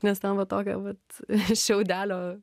nes ten va tokia vat šiaudelio